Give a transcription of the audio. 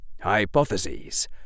Hypotheses